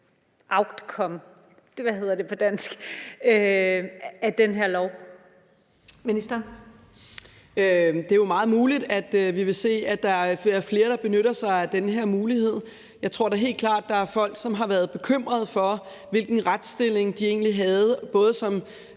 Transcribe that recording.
Det er jo meget muligt, at vi vil se, at der er flere, der benytter sig af den her mulighed. Jeg tror da helt klart, der er folk, som har været bekymret for, hvilken retsstilling de egentlig havde, både som